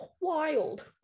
wild